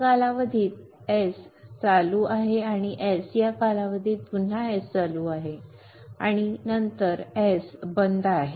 या कालावधीत S चालू आहे S या कालावधीत पुन्हा S चालू आहे आणि नंतर S बंद आहे